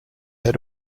had